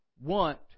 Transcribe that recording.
want